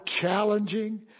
challenging